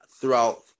throughout